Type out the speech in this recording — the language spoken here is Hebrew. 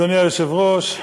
אדוני היושב-ראש,